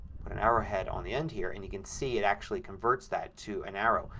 but an arrowhead on the end here, and you can see it actually converts that to an arrow.